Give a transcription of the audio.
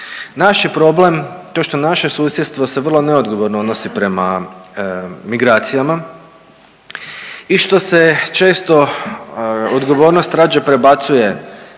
Naš je problem to što naše susjedstvo se vrlo neodgovorno odnosi prema migracijama i što se često odgovornost rađe prebacuje